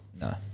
No